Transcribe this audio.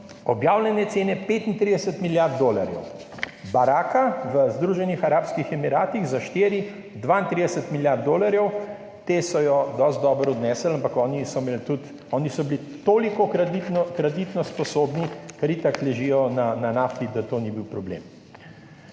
objavljene cene 35 milijard dolarjev. Baraka v Združenih arabskih emiratih, za štiri 32 milijard dolarjev. Ti so jo dosti dobro odnesli, ampak oni so bili toliko kreditno sposobni, ker itak ležijo na nafti, da to ni bil problem.